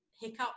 hiccup